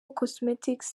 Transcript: cosmetics